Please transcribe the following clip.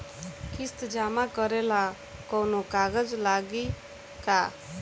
किस्त जमा करे ला कौनो कागज लागी का?